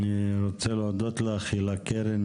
אני רוצה להודות לך הילה קרן,